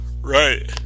Right